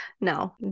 No